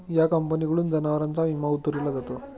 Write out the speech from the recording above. या कंपनीकडून जनावरांचा विमा उतरविला जातो